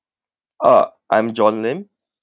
ah I'm john lim